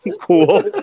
Cool